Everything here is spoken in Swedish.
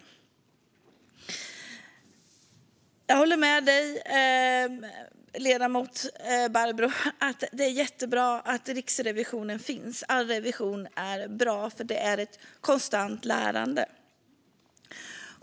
Jag håller med ledamoten Barbro om att det är jättebra att Riksrevisionen finns. All revision är bra, för det är ett konstant lärande.